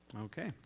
Okay